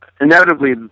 inevitably